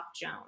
Joan